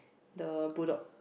the bull dog